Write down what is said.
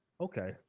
okay